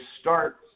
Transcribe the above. start